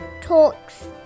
talks